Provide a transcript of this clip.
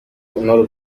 اونارو